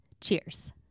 Cheers